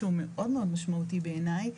שהוא מאוד משמעותי בעיניי.